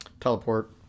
Teleport